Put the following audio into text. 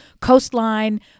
coastline